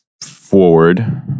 forward